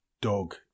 dog